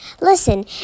Listen